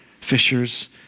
fishers